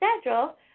schedule